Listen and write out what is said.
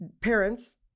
parents